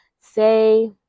Say